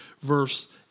verse